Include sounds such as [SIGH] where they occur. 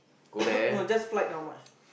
[COUGHS] no just flight how much